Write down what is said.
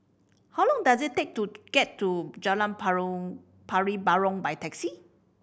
how long does it take to get to Jalan Pari Burong by taxi